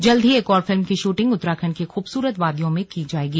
जल्द ही एक और फिल्म की शूटिंग उत्तराखंड की खूबसूरत वादियों में की जाएगी